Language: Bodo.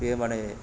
बे माने